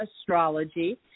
Astrology